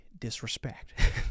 disrespect